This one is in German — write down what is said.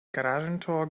garagentor